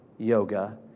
Yoga